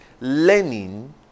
learning